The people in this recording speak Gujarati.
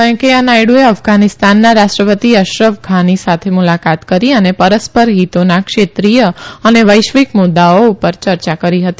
વેકૈયાહ નાયડુએ અફઘાનીસ્તાનના રાષ્ટ્રપતિ અશરફ ઘાની સાથે મુલાકાત કરી અને પરસ્પર હિતોના ક્ષેત્રીય અને વૈશ્વિક મુદ્દાઓ ઉપર ચર્ચા કરી હતી